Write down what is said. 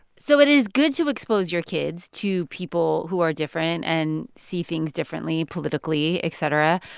so it is good to expose your kids to people who are different and see things differently politically, et cetera,